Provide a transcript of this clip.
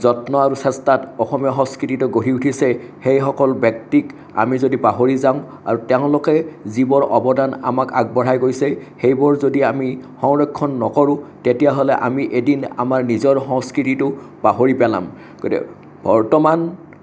যত্ন আৰু চেষ্টাত অসমীয়া সংস্কৃতিটো গঢ়ি উঠিছে সেইসকল ব্যক্তিক আমি যদি পাহৰি যাওঁ আৰু তেওঁলোকে যিবোৰ অৱদান আমাক আগবঢ়াই গৈছে সেইবোৰ যদি আমি সংৰক্ষণ নকৰো তেতিয়াহ'লে আমি এদিন আমাৰ নিজৰ সংস্কৃতিটো পাহৰি পেলাম গতিকে বৰ্তমান